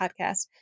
podcast